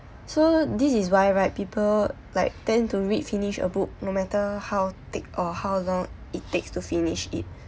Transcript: so this is why right people like tend to read finish a book no matter how thick or how long it takes to finish it